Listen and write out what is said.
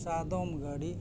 ᱥᱟᱫᱚᱢ ᱜᱟᱹᱰᱤ